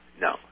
No